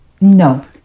No